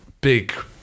big